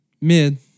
Mid